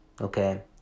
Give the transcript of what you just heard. okay